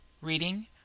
Reading